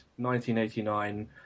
1989